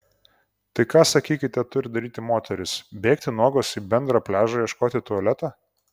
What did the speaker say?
tai ką sakykite turi daryti moterys bėgti nuogos į bendrą pliažą ieškoti tualeto